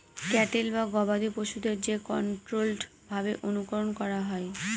cattle বা গবাদি পশুদের যে কন্ট্রোল্ড ভাবে অনুকরন করা হয়